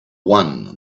one